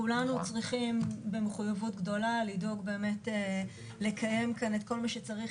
כולנו צריכים במחויבות גדולה לדאוג באמת לקיים כאן את כל מה שצריך,